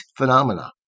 phenomena